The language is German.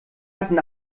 hatten